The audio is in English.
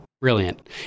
Brilliant